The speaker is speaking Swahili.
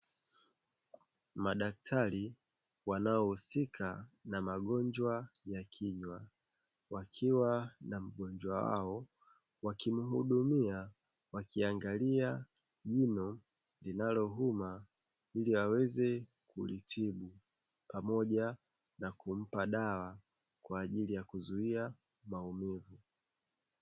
Madaktari wanaohusika na magonjwa ya kinywa wakiwa na mgonjwa wao wakimuhudumia wakiangalia jino linalouma ili aweze kulitibu pamoja na kumpa dawa kwa ajili ya kuzuia maumivu.